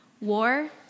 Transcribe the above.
War